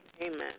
Amen